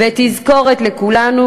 ותזכורת לכולנו,